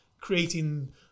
creating